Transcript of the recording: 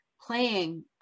playing